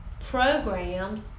programs